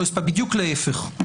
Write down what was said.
בדיוק להפך.